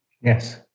Yes